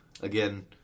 Again